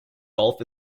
golf